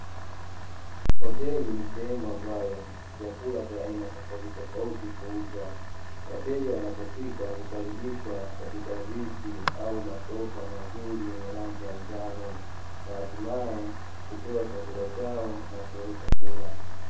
Hoteli ni sehemu ambayo vyakula vya aina tofautitofauti huuzwa, wateja wanapofika hukaribishwa katika viti au masofa mazuri yenye rangi ya njano, na hatimaye hupewa chakula chao na kuweza kula.